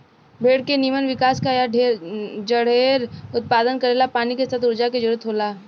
भेड़ के निमन विकास आ जढेर उत्पादन करेला पानी के साथ ऊर्जा के जरूरत होला